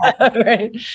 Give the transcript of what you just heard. Right